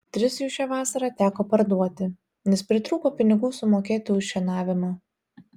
tris jų šią vasarą teko parduoti nes pritrūko pinigų sumokėti už šienavimą